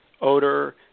odor